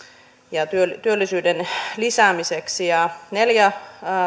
ja työllisyyden lisäämiseksi neljä